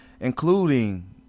including